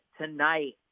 tonight